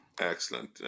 Excellent